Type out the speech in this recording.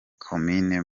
komine